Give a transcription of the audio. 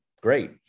great